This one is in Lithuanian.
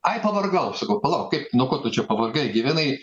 ai pavargau sakau palauk kaip nuo ko tu čia pavargai gyvenai